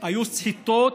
היו סחיטות,